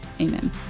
Amen